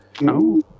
No